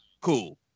Cool